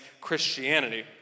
Christianity